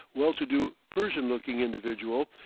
well-to-do persian-looking individual,